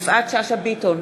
יפעת שאשא ביטון,